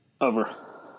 Over